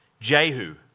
Jehu